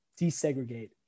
desegregate